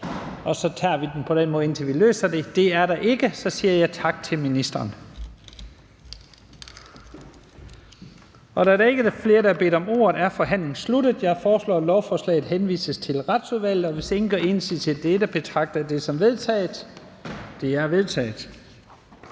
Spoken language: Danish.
og så tager vi den på den måde, indtil vi løser det. Det er der ikke, så jeg siger tak til ministeren. Da der ikke er flere, der har bedt om ordet, er forhandlingen sluttet. Jeg foreslår, at lovforslaget henvises til Retsudvalget. Hvis ingen gør indsigelse i dette, betragter jeg det som vedtaget. Det er vedtaget.